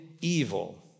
evil